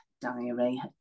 diary